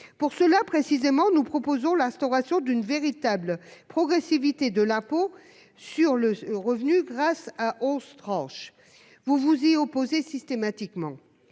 pourquoi nous proposons l'instauration d'une véritable progressivité de l'impôt sur le revenu grâce à onze tranches. Vous vous y opposez systématiquement.